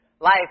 Life